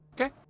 okay